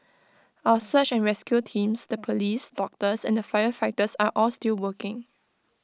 our search and rescue teams the Police doctors the firefighters are all still working